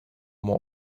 more